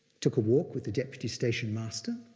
took a walk with the deputy station master,